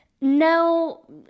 no